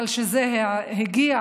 אבל כשזה הגיע